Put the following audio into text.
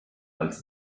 als